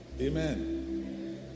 Amen